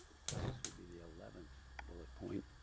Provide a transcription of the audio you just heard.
guess this would be the eleventh bullet point.